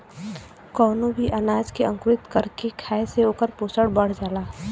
कवनो भी अनाज के अंकुरित कर के खाए से ओकर पोषण बढ़ जाला